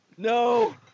No